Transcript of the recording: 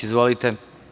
Izvolite.